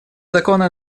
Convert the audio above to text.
закона